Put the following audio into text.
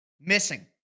missing